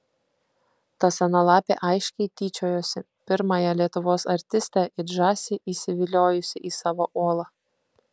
ta sena lapė aiškiai tyčiojosi pirmąją lietuvos artistę it žąsį įsiviliojusi į savo olą